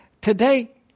today